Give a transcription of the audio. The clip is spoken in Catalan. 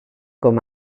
com